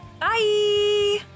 Bye